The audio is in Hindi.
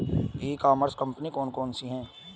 ई कॉमर्स कंपनियाँ कौन कौन सी हैं?